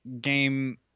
game